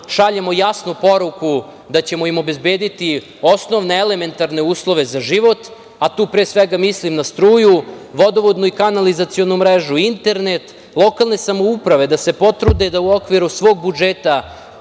šaljemo jasnu poruku da ćemo im obezbediti osnovne elementarne uslove za život, a tu pre svega mislim na struju, vodovodnu i kanalizacionu mrežu, internet. Lokalne samouprave da se potrude da u okviru svog budžeta